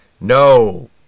No